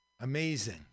Amazing